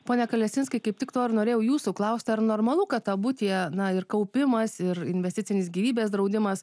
pone kalesinskai kaip tik to ir norėjau jūsų klausti ar normalu kad abu tie na ir kaupimas ir investicinis gyvybės draudimas